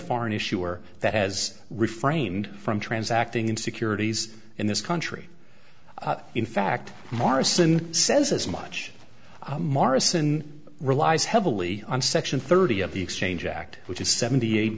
foreign issuer that has refrained from transacting in securities in this country in fact morrison says as much marson relies heavily on section thirty of the exchange act which is seventy eight